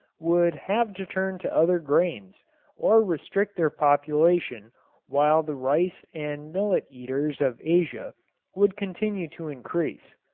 would have to turn to other grains or restrict their population while the rice and millet eaters of asia would continue to increase.